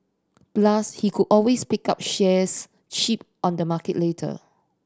plus he could always pick up shares cheap on the market later